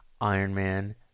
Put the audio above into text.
Ironman